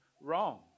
wrong